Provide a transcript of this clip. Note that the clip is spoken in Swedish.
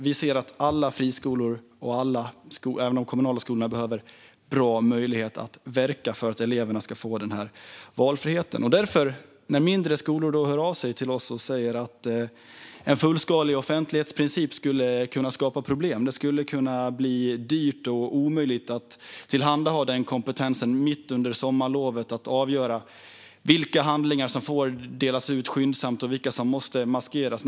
Vi ser att alla friskolor och även de kommunala skolorna behöver bra möjligheter att verka, för att eleverna ska få den valfriheten. Vi tar därför oron på allvar när mindre skolor hör av sig till oss och säger att en fullskalig offentlighetsprincip skulle kunna skapa problem. Det skulle kunna bli dyrt och omöjligt att mitt i sommarlovet tillhandahålla kompetensen för att avgöra vilka handlingar som får delas ut skyndsamt och vilka som måste maskeras.